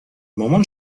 مامان